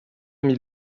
mit